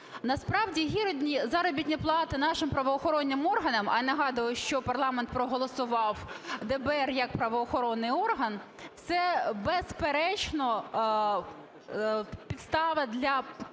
Насправді гідні заробітні плати нашим правоохоронним органам, а я нагадую, що парламент проголосував ДБР як правоохоронний орган, це, безперечно, підстава для